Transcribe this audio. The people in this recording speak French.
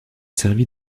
servi